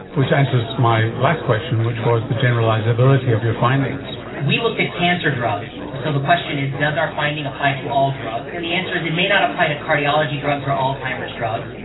which answers my last question, which was the generalisability of your findings. we looked at cancer drugs. so the question is does our finding apply to all drugs? and the answer is it may not apply to cardiology drugs or alzheimer's drugs,